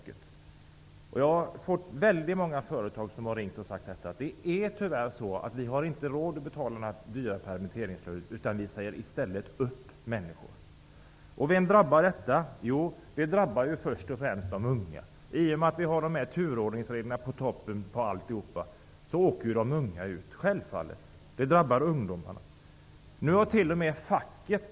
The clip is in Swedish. Personer från många företag har ringt mig och sagt: Tyvärr har vi inte råd att betala några dyra permitteringslöner, utan vi säger upp människor i stället. Vem drabbar detta? Jo, först och främst de unga. I och med att vi har turordningsreglerna på toppen av alltihopa så åker de unga ut. Självfallet drabbar det ungdomarna! Nu har -- hör och häpna!